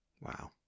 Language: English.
wow